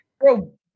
Bro